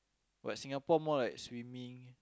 but Singapore more like swimming